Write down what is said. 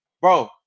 bro